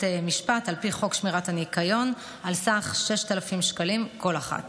משפט על פי חוק שמירת הניקיון על סך 6,000 שקלים כל אחת.